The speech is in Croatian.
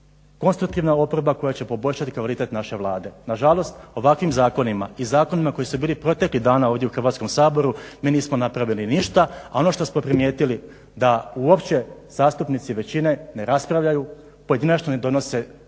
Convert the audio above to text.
konstruktivna oporba koja će poboljšati kvalitet naše Vlade. Na žalost, ovakvim zakonima i zakonima koji su bili proteklih dana ovdje u Hrvatskom saboru mi nismo napravili ništa. A ono što smo primijetili da uopće zastupnici većine ne raspravljaju, pojedinačno ne donose apsolutno